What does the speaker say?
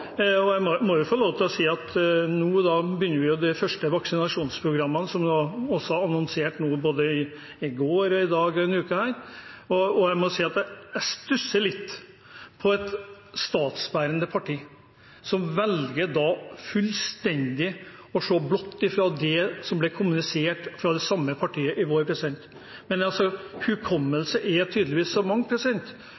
Nå begynner det første vaksinasjonsprogrammet, som var annonsert både i går og i dag i denne uka, og jeg må si at jeg stusser litt på et statsbærende parti som velger fullstendig å se bort fra det som ble kommunisert fra det samme partiet i vår. Men